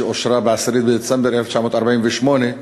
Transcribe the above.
שאושרה ב-10 בדצמבר 1948,